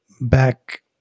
back